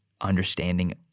understanding